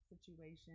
situation